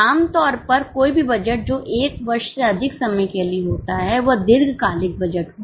आमतौर पर कोई भी बजट जो एक वर्ष से अधिक समय के लिए होता है वह दीर्घकालिक बजट होता है